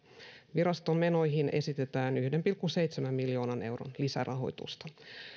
virastomenoihin esitetään yhden pilkku seitsemän miljoonan euron lisärahoitusta